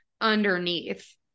underneath